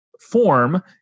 form